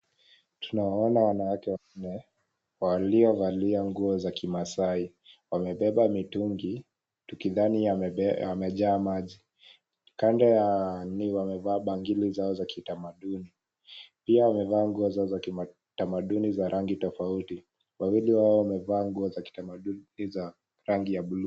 Tunawaona wanawake wanne waliovalia nguo za kimaasai. Wamebeba mitungi; tukidhani yamejaa maji. Kando ya nini wamevaa bangili zao za kitamaduni. Pia wamevaa nguo zao za kitamaduni za rangi tofauti. Wawili hao wamevaa nguo za kitamaduni za rangi ya buluu.